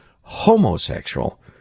homosexual